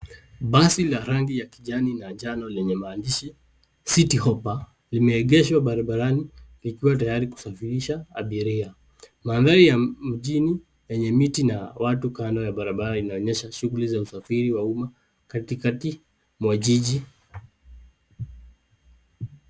Basi la rangi ya kijani na njano lenye maandishi Citi Hoppa limeegeshwa barabarani likiwa tayari kusafirisha abiria. Mandhari ya mjini yenye miti na watu kando ya barabara inaonyesha shughuli za usafiri wa umma katikati mwa jiji.